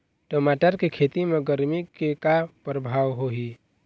टमाटर के खेती म गरमी के का परभाव होही?